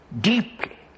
deeply